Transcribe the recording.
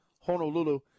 honolulu